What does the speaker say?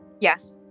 Yes